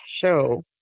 show